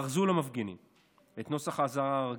כרזו למפגינים את נוסח האזהרה הרגיל,